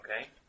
Okay